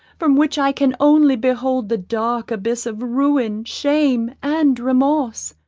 from which i can only behold the dark abyss of ruin, shame, and remorse!